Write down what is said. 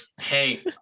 hey